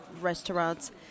restaurants